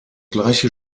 gleiche